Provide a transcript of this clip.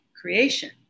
creation